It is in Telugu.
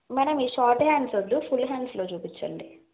మేడం ఇవి షార్ట్ హ్యాండ్స్ వద్దు ఫుల్ హ్యాండ్స్లో చూపించండి